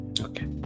okay